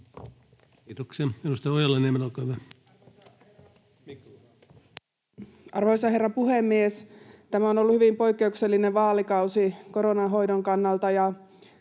Arvoisa herra puhemies! Tämä on ollut hyvin poikkeuksellinen vaalikausi koronan hoidon kannalta,